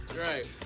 Right